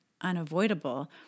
unavoidable